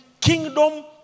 kingdom